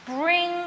Bring